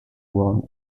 growing